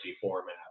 format